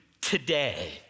today